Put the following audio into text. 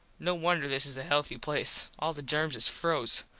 no wonder this is a healthy place. all the germs is froze.